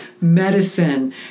medicine